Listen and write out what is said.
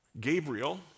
Gabriel